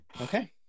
Okay